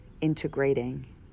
integrating